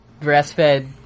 breastfed